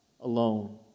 alone